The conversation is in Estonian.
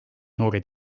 noored